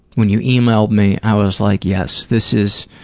when you you e-mailed me, i was like, yes, this is,